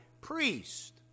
priest